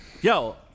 yo